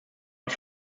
auf